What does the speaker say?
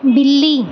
بلی